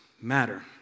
matter